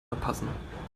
verpassen